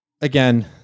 again